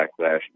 backlash